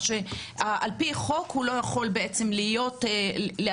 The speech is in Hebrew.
על פי חוק הוא לא יכול בעצם לקבל אישור.